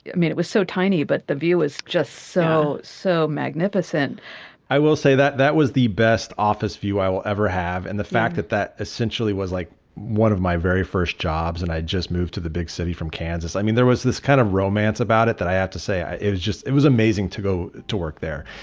mean. it was so tiny. but the view is just so, so magnificent i will say that that was the best office view i will ever have. and the fact that that essentially was like one of my very first jobs. and i just moved to the big city from kansas. i mean, there was this kind of romance about it that i had to say. it was just it was amazing to go to work there,